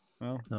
No